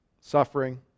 suffering